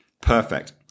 Perfect